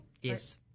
Yes